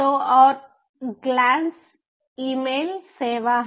तो और glance email सेवा है